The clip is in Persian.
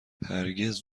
هرگز